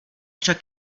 však